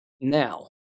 Now